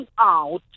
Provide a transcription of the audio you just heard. out